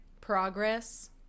progress